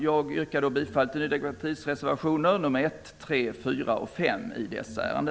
Jag yrkar bifall till Ny demokratis reservationer nr 1, 3, 4 och 5 i detta ärende.